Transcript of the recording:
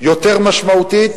יותר משמעותית,